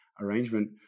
arrangement